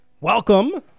Welcome